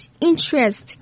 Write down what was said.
interest